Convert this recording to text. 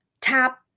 tap